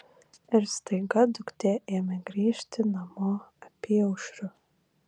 ir staiga duktė ėmė grįžti namo apyaušriu